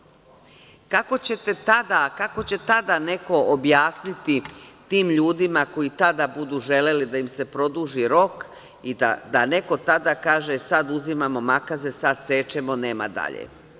Kako ćete tada, kako će tada neko objasniti, tim ljudima koji tada budu želeli da im se produži rok i da neko tada kaže, sada uzimamo makaze, sada sečemo, nema dalje?